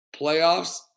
playoffs